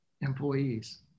employees